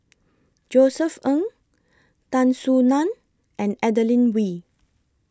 Josef Ng Tan Soo NAN and Adeline Ooi